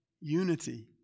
unity